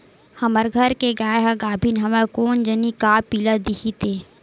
हमर घर के गाय ह गाभिन हवय कोन जनी का पिला दिही ते